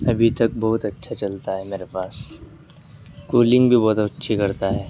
ابھی تک بہت اچھا چلتا ہے میرے پاس کولنگ بھی بہت اچھی کرتا ہے